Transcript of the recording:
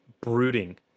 brooding